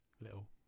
little